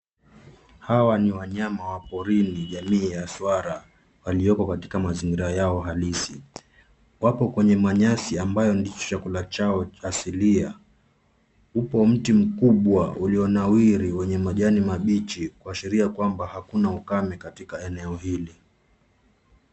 Hawa ni wanyama wa porini jamii ya swara walioko katika mazingira yao halisi. Wapo kwenye manyasi ambayo ni chakula chao asilia. Upo mti mkubwa ulionawiri wenye majani mabichi kuashiria kwamba hakuna ukame katika eneo hili.